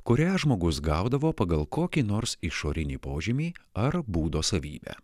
kurią žmogus gaudavo pagal kokį nors išorinį požymį ar būdo savybę